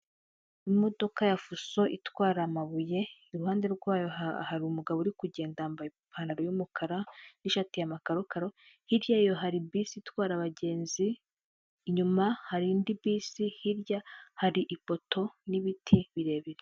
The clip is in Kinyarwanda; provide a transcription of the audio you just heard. Imodoka ya Fuso itwara amabuye, iruhande rwayo hari umugabo uri kugenda yambaye ipantaro y'umukara n'ishati ya makarokaro, hirya yayo hari bisi itwara abagenzi, inyuma hari indi bisi, hirya hari ipoto n'ibiti birebire.